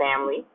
family